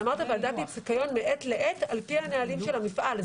אתה אמרת ולידציית ניקיון מעת לעת על פי הנהלים של המפעל.